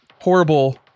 horrible